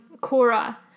Cora